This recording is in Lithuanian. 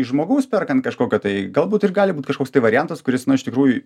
iš žmogaus perkant kažkokio tai galbūt ir gali būt kažkoks tai variantas kuris na iš tikrųjų